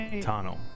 tunnel